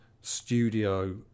studio